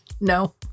no